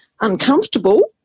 uncomfortable